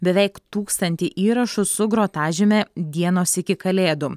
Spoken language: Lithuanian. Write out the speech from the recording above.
beveik tūkstantį įrašų su grotažyme dienos iki kalėdų